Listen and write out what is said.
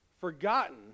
forgotten